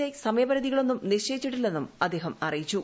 I സമയപരിധികളൊന്നും നിശ്ചയിച്ചിട്ടില്ലെന്നും അദ്ദേഹം അറിയിച്ചു